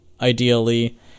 ideally